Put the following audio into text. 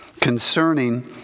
concerning